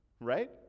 Right